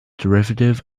derivative